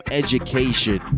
education